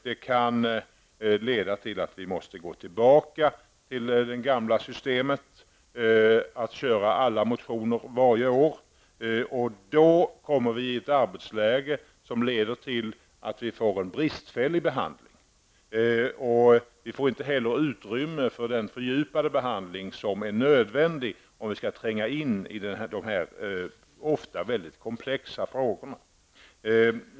Det kan leda till att utskottet måste gå tillbaks till det gamla systemet, dvs. att behandla alla motioner varje år. Då kommer vi i ett arbetsläge som leder till att det blir en bristfällig behandling. Vi får heller inte utrymme för den fördjupade behandling som är nödvändig om vi skall tränga in i dessa ofta mycket komplexa frågor.